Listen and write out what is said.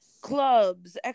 clubs